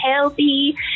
healthy